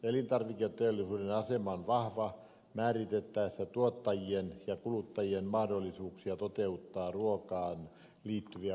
elintarviketeollisuuden asema on vahva määritettäessä tuottajien ja kuluttajien mahdollisuuksia toteuttaa ruokaan liittyviä vaatimuksia